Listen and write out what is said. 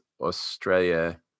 Australia